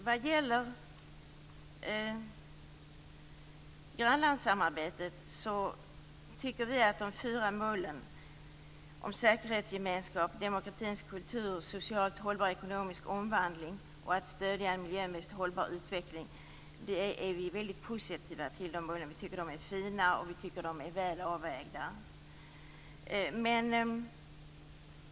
Vad gäller grannlandssamarbetet är vi väldigt positiva till de fyra målen om säkerhetsgemenskap, demokratins kultur, socialt hållbar ekonomisk omvandling samt miljömässigt hållbar utveckling. De är fina och väl avvägda.